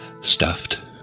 stuffed